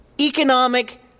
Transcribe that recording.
economic